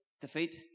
defeat